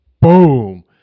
Boom